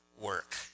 work